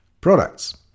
products